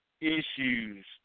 issues